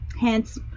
Hence